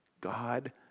God